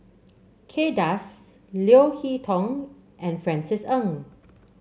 Kay Das Leo Hee Tong and Francis Ng